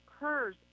occurs